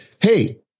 Hey